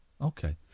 Okay